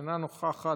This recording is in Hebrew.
אינה נוכחת,